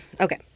Okay